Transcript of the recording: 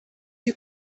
you